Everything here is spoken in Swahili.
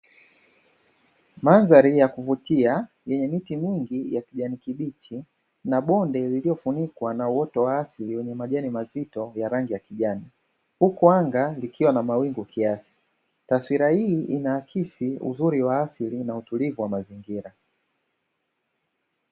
Mandhari ya kuvutia yenye miti mingi ya kijani kibichi na bonde lililofunikwa na uoto wa asili; wenye majani mazito ya rangi ya kijani, huku anga likiwa na mawingu kiasi. Taswira hii inaakisi uzuri wa asili na utulivu wa mazingira.